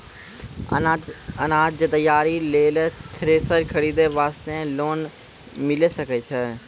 अनाज तैयारी लेल थ्रेसर खरीदे वास्ते लोन मिले सकय छै?